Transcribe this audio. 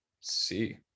see